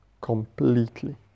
completely